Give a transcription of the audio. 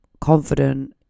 confident